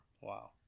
Wow